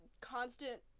constant